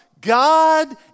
God